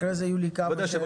אחרי זה יהיו לי כמה שאלות.